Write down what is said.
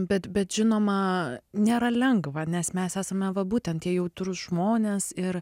bet bet žinoma nėra lengva nes mes esame va būtent tie jautrūs žmonės ir